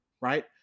right